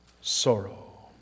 sorrow